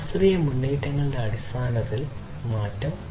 ശാസ്ത്രീയ മുന്നേറ്റങ്ങളുടെ അടിസ്ഥാനത്തിൽ മാറ്റം